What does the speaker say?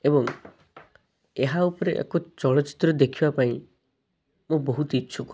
ଏବଂ ଏହା ଉପରେ ଏକ ଚଳଚିତ୍ର ଦେଖିବା ପାଇଁ ମୁଁ ବହୁତ ଇଛୁକ